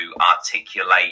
articulate